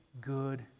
good